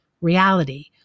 Reality